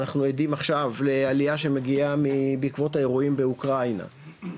ואנחנו עדים עכשיו לעלייה שמגיעה בעקבות האירועים באוקראינה,